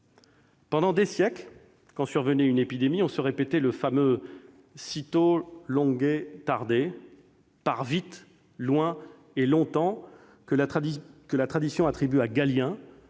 Pendant des siècles, quand survenait une épidémie, on se répétait le fameux que l'on peut traduire par « pars vite, loin et longtemps », que la tradition attribuait à Galien,